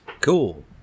Cool